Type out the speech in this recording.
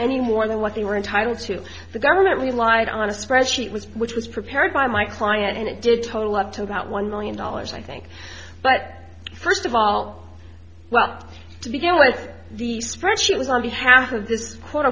any more than what they were entitled to the government relied on a spreadsheet was which was prepared by my client and it did total up to about one million dollars i think but first of all well to begin with the spread sheet was on behalf of